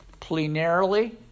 plenarily